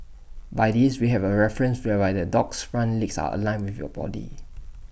by this we have A reference whereby the dog's front legs are aligned with your body